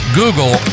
Google